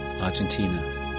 Argentina